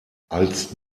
als